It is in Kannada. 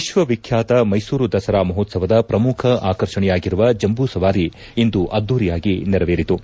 ವಿಶ್ವ ವಿಖ್ವಾತ ಮೈಸೂರು ದಸರಾ ಮಹೋತ್ಸವದ ಪ್ರಮುಖ ಆಕರ್ಷಣೆಯಾಗಿರುವ ಜಂಬೂ ಸವಾರಿ ಇಂದು ಅದ್ದೂರಿಯಾಗಿ ನೆರವೇರಿತು